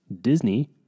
Disney